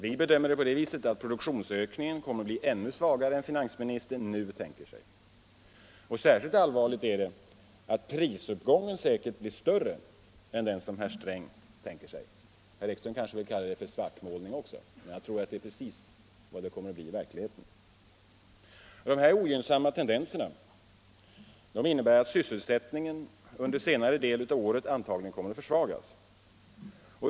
Vi bedömer att produktionsökningen sannolikt blir ännu svagare än finansministern tänker sig. Särskilt allvarligt är att prisuppgången blir värre än t.o.m. vad herr Sträng medger. Herr Ekström kanske vill kalla det för svartmålning också, men jag tror det är precis vad som kommer att ske i verkligheten. Dessa ogynnsamma tendenser innebär att sysselsättningen under årets senare del antagligen kommer att försvagas.